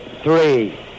three